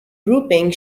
drooping